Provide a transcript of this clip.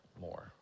more